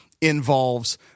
involves